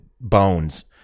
bones